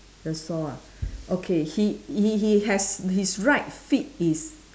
the saw ah okay he he he has his right feet is